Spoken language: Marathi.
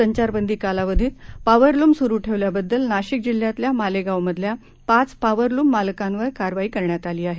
संचारबंदी कालावधीत पावर लूम सुरू ठेवल्याबद्दल नाशिक जिल्ह्यातल्या मालेगावमधल्या पाच पावर लूम मालकांवर कारवाई करण्यात आली आहे